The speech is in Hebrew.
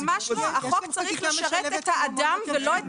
לא, ממש לא, החוק צריך לשרת את האדם, ולא את